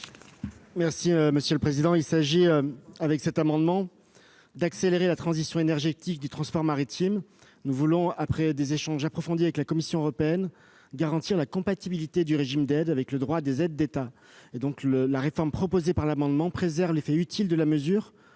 secrétaire d'État. Il s'agit d'accélérer la transition énergétique du transport maritime. Nous voulons, après des échanges approfondis avec la Commission européenne, garantir la compatibilité du régime d'aide avec le droit à des aides d'État. La réforme prévue au travers de cet amendement préserve l'effet utile de la mesure,